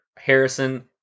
Harrison